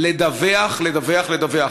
לדווח, לדווח, לדווח.